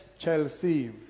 Chelsea